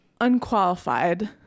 unqualified